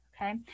Okay